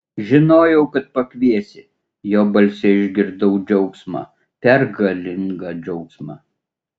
žinojau kad pakviesi jo balse išgirdau džiaugsmą pergalingą džiaugsmą